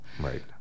Right